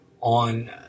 on